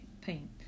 paint